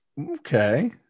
Okay